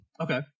Okay